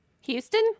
Houston